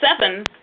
seven